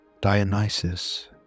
Dionysus